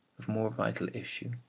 of more vital issue,